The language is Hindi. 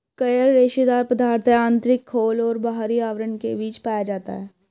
कयर रेशेदार पदार्थ है आंतरिक खोल और बाहरी आवरण के बीच पाया जाता है